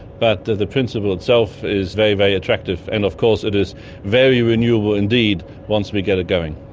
but the the principle itself is very, very attractive. and of course it is very renewable indeed once we get it going.